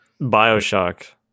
bioshock